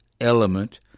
element